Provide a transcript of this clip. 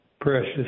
precious